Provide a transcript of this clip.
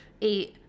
eight